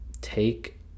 take